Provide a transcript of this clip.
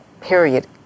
period